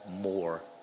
more